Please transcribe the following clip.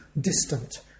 distant